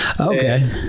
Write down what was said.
Okay